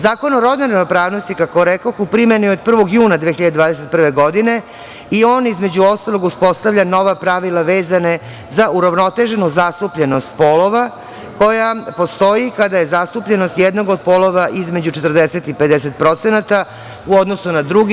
Zakon o rodnoj ravnopravnosti, kako rekoh, u primeni je od 1. juna 2021. godine i on uspostavlja nova pravila vezana za uravnoteženu zastupljenost polova koja postoji kada je zastupljenost jednog od polova između 40% i 50% u odnosu na drugi.